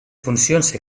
funcions